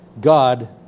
God